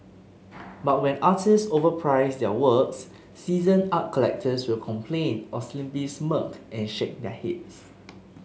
but when artists overprice their works seasoned art collectors will complain or simply smirk and shake their heads